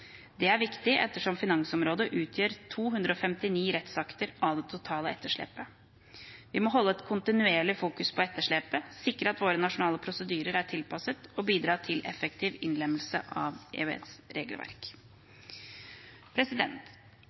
Det er viktig ettersom finansområdet utgjør 259 rettsakter av det totale etterslepet. Vi må holde et kontinuerlig fokus på etterslepet, sikre at våre nasjonale prosedyrer er tilpasset, og bidra til en effektiv innlemmelse av